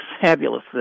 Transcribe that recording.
fabulous